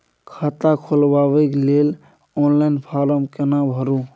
खाता खोलबेके लेल ऑनलाइन फारम केना भरु?